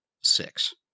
six